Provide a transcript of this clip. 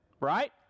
Right